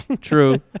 true